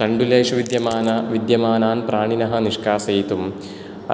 तण्डुलेषु विद्यमानान् प्राणिनः निष्कासयितुम्